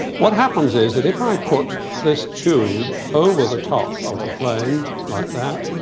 what happens is, that if i put this tube over the top of the flame, like that.